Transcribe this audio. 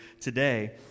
today